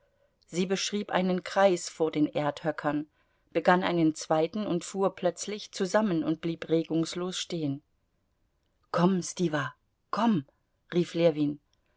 sie beschrieb einen kreis vor den erdhöckern begann einen zweiten und fuhr plötzlich zusammen und blieb regungslos stehen komm stiwa komm rief ljewin